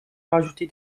rajouter